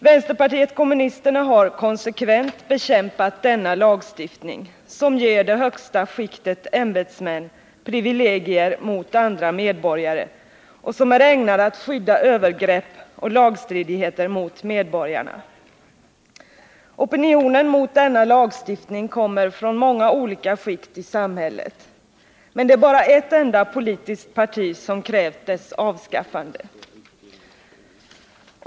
Vpk har konsekvent bekämpat denna lagstiftning, som ger det högsta skiktet ämbetsmän privilegier mot andra medborgare och som är ägnad att skydda övergrepp och lagstridigheter mot medborgarna. Opinionen mot denna lagstiftning kommer från många olika skikt i samhället. Men det är 45 bara ett enda politiskt parti som har krävt dess avskaffande.